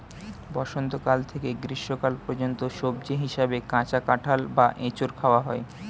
বসন্তকাল থেকে গ্রীষ্মকাল পর্যন্ত সবজি হিসাবে কাঁচা কাঁঠাল বা এঁচোড় খাওয়া হয়